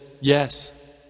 Yes